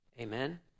Amen